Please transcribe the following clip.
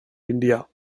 india